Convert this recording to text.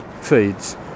feeds